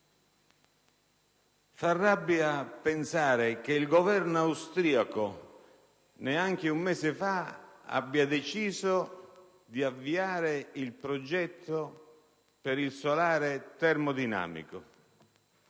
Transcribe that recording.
Fa rabbia pensare che il Governo austriaco, neanche un mese fa, abbia deciso di avviare il progetto per il solare termodinamico;